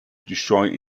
destroy